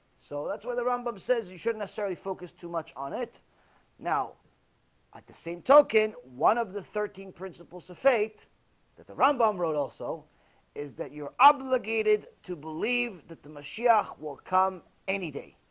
so that's why the rambam says you shouldn't necessarily focus too much on it now at the same token one of the thirteen principles of faith that the rambam wrote. also is that you're obligated to believe that the messiah will come any day